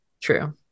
true